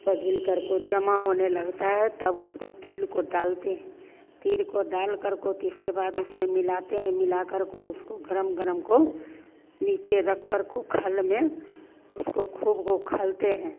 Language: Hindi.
पिघल करको जमा होने लगता है तब उसको तिल को डालते हैं तिल को डाल करको तिसके बाद उसमें मिलाते हैं मिला करको उसको गरम गरम को नीचे रख करको खल में उसको खूब को खलते हैं